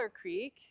Creek